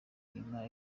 nyuma